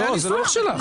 זה הניסוח שלך.